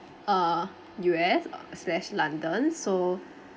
uh U_S slash london so